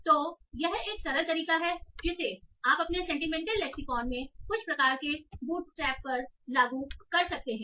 तो यह एक सरल तरीका है जिसे आप अपने सेंटीमेंटल लेक्सिकॉन में कुछ प्रकार के बूटस्ट्रैप पर लागू कर सकते हैं